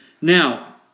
Now